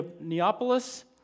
Neapolis